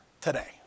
today